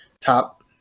top